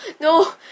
No